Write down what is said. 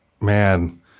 man